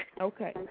Okay